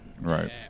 right